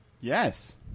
Yes